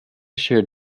shared